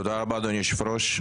תודה רבה, אדוני היושב-ראש.